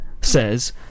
says